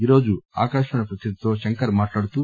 ఈ రోజు ఆకాశవాణి ప్రతినిధి తో మాట్లాడుతూ